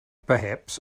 perhaps